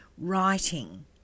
writing